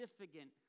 significant